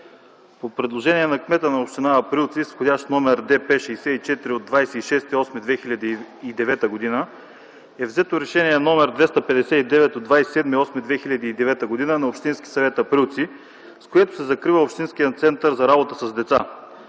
По предложение на кмета на община Априлци с вх. № ДП-64 от 26.08.2009 г. е взето Решение № 259 от 27.08.2009 г. на Общински съвет – Априлци, с което се закрива Общинският център за работа с деца.